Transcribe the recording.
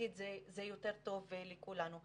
סביבתית זה יותר טוב לכולנו,